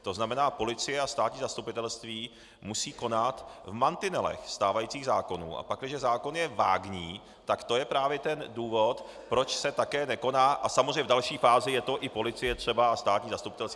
To znamená, policie a státní zastupitelství musí konat v mantinelech stávajících zákonů, a pakliže zákon je vágní, tak to je právě ten důvod, proč se také nekoná, a samozřejmě v další fázi je to i policie třeba a státní zastupitelství atd.